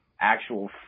actual